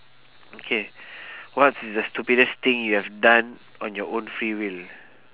okay what's the stupidest thing you have done on your own free will